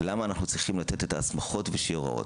למה אנחנו צריכים לתת את ההסמכות ושיהיו הוראות?